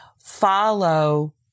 follow